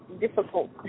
difficult